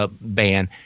ban